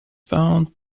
found